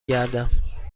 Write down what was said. گردم